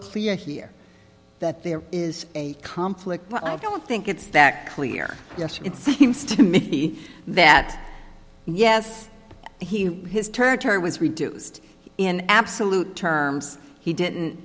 here that there is a conflict but i don't think it's that clear yes it seems to me that yes he his turn turn was reduced in absolute terms he didn't